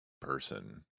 person